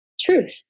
truth